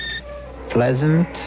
pleasant